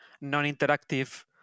non-interactive